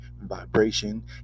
vibration